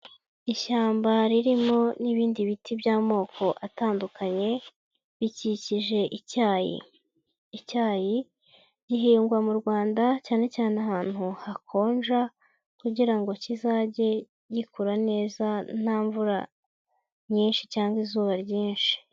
Ishyamba ririmo n'ibindi biti by'amoko atandukanye bikikije icyayi, icyayi gihingwa mu Rwanda cyane cyane ahantu hakonja kugira ngo kizajye gikura neza nta mvura nyinshi cyangwa izuba ryinshi.